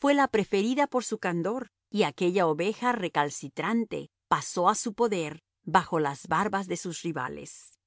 fue la preferida por su candor y aquella oveja recalcitrante pasó a su poder bajo las barbas de sus rivales